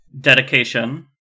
Dedication